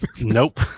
Nope